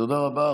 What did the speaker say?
תודה רבה.